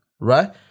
Right